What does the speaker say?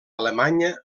alemanya